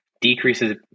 decreases